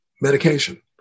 medication